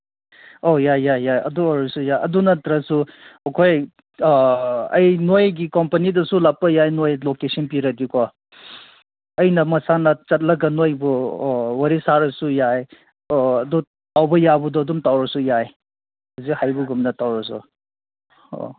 ꯑꯧ ꯌꯥꯏ ꯌꯥꯏ ꯌꯥꯏ ꯑꯗꯨ ꯑꯣꯏꯔꯁꯨ ꯌꯥꯏ ꯑꯗꯨ ꯅꯠꯇꯔꯁꯨ ꯑꯩꯈꯣꯏ ꯑꯩ ꯅꯣꯏꯒꯤ ꯀꯣꯝꯄꯅꯤꯗꯨꯁꯨ ꯂꯥꯛꯄ ꯌꯥꯏ ꯅꯣꯏ ꯂꯣꯀꯦꯁꯟ ꯄꯤꯔꯗꯤꯀꯣ ꯑꯩꯅ ꯃꯁꯥꯅ ꯆꯠꯂꯒ ꯅꯣꯏꯕꯨ ꯑꯣ ꯋꯥꯔꯤ ꯁꯥꯔꯁꯨ ꯌꯥꯏ ꯑꯣ ꯑꯗꯨ ꯇꯧꯕ ꯌꯥꯕꯗꯨ ꯑꯗꯨꯝ ꯇꯧꯔꯁꯨ ꯌꯥꯏ ꯍꯧꯖꯤꯛ ꯍꯥꯏꯕꯒꯨꯝꯅ ꯇꯧꯔꯁꯨ ꯑꯣ